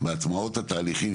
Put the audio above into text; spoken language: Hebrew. בהטמעות התהליכים,